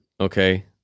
okay